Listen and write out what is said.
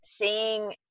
seeing